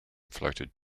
floated